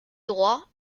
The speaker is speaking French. droit